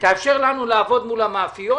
תאפשר לנו לעבוד מול המאפיות